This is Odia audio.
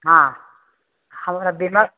ହଁ ହଁ ଆମର ବିମଲ